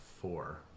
four